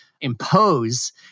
impose